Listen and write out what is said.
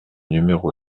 numéro